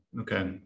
okay